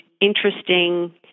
interesting